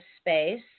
space